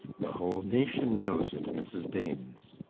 the whole nation knows it, mrs baines.